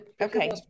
okay